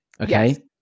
Okay